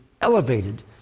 elevated